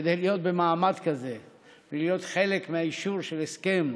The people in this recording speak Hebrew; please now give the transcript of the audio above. כדי להיות במעמד כזה ולהיות חלק מהאישור של הסכם,